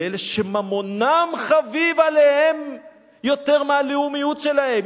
לאלה שממונם חביב עליהם יותר מהלאומיות שלהם,